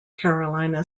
carolina